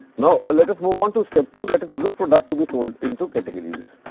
now, let us move on to step two that is group product to be sold into categories.